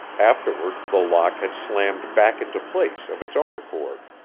afterward, the lock had slammed back into place of its own accord.